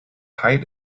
height